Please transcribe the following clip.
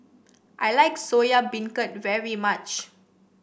I like Soya Beancurd very much